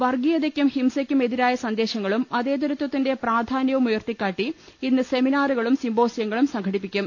വർഗ്ഗീയതയ്ക്കും ഹിംസയ്ക്കും എതിരായ സന്ദേശങ്ങളും മതേത്രത്വത്തിന്റെ പ്രാധാനൃവും ഉയർത്തിക്കാട്ടി ഇന്ന് സെമിനാറുകളും സിമ്പോ സിയങ്ങളും സംഘടിപ്പിക്കും